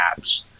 apps